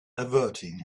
averting